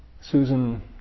Susan